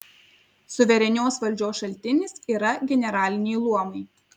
suverenios valdžios šaltinis yra generaliniai luomai